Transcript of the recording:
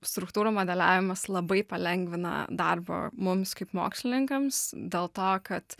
struktūrų modeliavimas labai palengvina darbo mums kaip mokslininkams dėl to kad